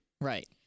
Right